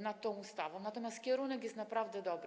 nad tą ustawą, natomiast kierunek jest naprawdę dobry.